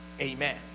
Amen